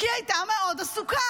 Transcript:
כי היא הייתה מאוד עסוקה,